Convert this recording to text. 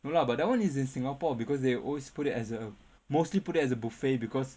no lah but that [one] is in singapore because they always put it as a mostly put it as a buffet because